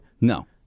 no